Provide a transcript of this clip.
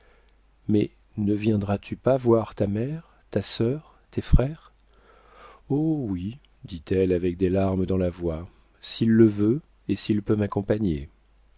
mais ne viendras-tu pas voir ta mère ta sœur tes frères oh oui dit-elle avec des larmes dans la voix s'il le veut et s'il peut m'accompagner